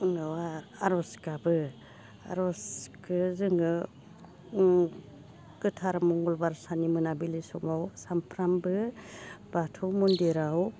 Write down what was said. उनाव आं आरज गाबो आरजखौ जोङो गोथार मंगलबार साननि मोनाबिलि समाव सानफ्रोमबो बाथौ मन्दिराव